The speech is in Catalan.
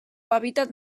hàbitat